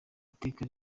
iteka